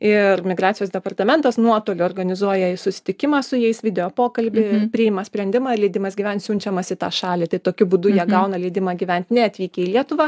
ir migracijos departamentas nuotoliu organizuoja susitikimą su jais video pokalby priima sprendimą ir leidimas gyvent siunčiamas į tą šalį tai tokiu būdu jie gauna leidimą gyvent neatvykę į lietuvą